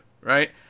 right